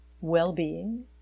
well-being